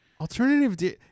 Alternative